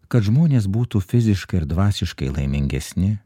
kad žmonės būtų fiziškai ir dvasiškai laimingesni